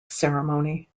ceremony